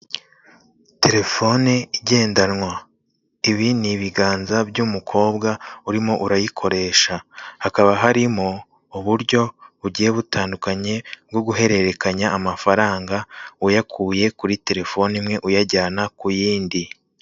Telefone igendanwa, ibi ni ibiganza by'umukobwa urimo urayikoresha, hakaba harimo uburyo bugiye butandukanye bwo guhererekanya amafaranga uyakuye kuri telefone imwe uyajyana ku yindi.